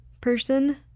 person